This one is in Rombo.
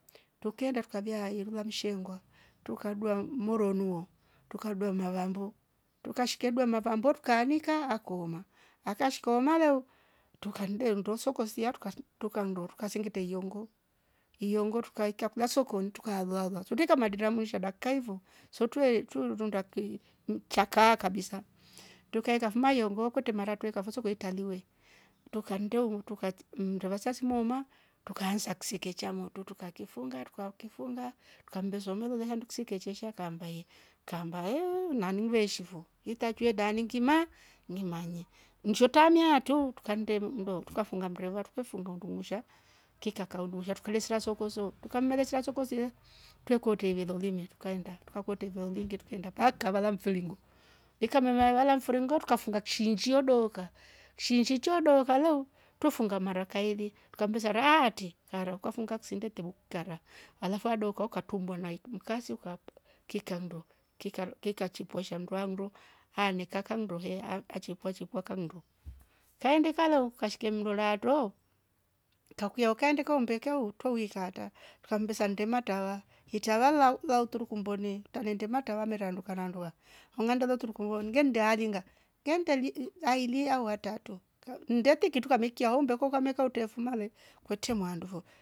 Tukaenda tukavia ailira mshengwa tukadua moro nuo tukadua na vambo tukashkwedwa mavambo tukaanika akoma akashkoma leu tukamdeua ndooso kosia tukashm tukando tuka sengeta iyongo, iyongo tukaeka kula sokoni tuka alualwa swindika madirula mushadakaivo sotwe tuirwi runda kwi nchakaa kabisa tukaeka fuma yongo okote mara twekavazo kweitaliwe tukandeu tukati ndeva simauma tukaanza ksekecha moto tukakifunga tukifunga tukambesa melula handu ksikechesha kaamba ye kamba yeu nani mve shivo yetachue dani ngima ni manya, njotamia tu tukandem ndo tukafunga mreva tuke fundu ndungusha kika kaudusha tukale sera sokozo tukanera soko zire twekotie ilolime tukaenda tukakoti vo lingete tukaenda paka kavala mfilingo ikamema wala mfiriingo tukafunga kishinjio doka shinjo doka lo twefunga mara kaili tukambesara aati karo kwafunga ksinde ndetevo kiara halafu adoka utambua nai mkasi uka kikando kikar kakichupia shamndwa ndo haneka kamndo heha achepua chepua kando. kaindi kalo ukashika mlora to kakwia ukaenda umbeke utowi kata tukambesa ntema tawa yetawala ulua turuku mbone tande mawa tamera nduka na nduwa angandaro tulikoro ngendalinda nge nadali yiu ailia watato mndete kitu kamekia hombeke kameka utefumale kwete manduwavo